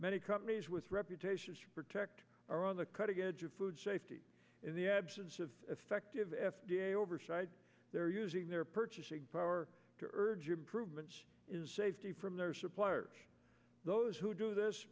many companies with reputations to protect are on the cutting edge of food safety in the absence of effective f d a oversight they're using their purchasing power to urge improvements in safety from their suppliers those who do this